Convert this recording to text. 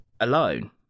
alone